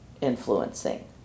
influencing